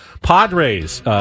Padres